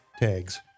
tags